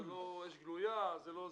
לא אש גלויה זה לא,